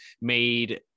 made